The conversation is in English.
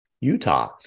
Utah